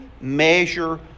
measure